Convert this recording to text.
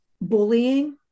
bullying